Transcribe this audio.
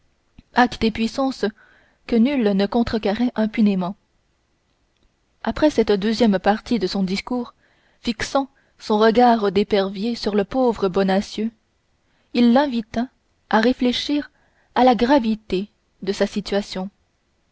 et puissance que nul ne contrecarrait impunément après cette deuxième partie de son discours fixant son regard d'épervier sur le pauvre bonacieux il l'invita à réfléchir à la gravité de sa situation